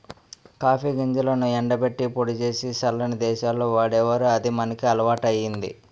copy గింజలను ఎండబెట్టి పొడి సేసి సల్లని దేశాల్లో వాడేవారు అది మనకి అలవాటయ్యింది